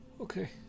Okay